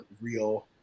real